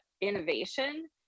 innovation